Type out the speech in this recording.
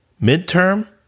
mid-term